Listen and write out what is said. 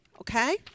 Okay